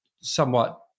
somewhat